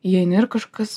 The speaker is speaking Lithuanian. įeini ir kažkas